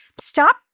stop